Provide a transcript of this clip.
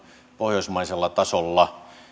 pohjoismaisella tasolla